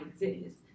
exist